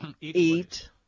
Eat